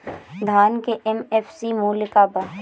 धान के एम.एफ.सी मूल्य का बा?